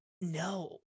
no